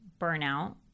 burnout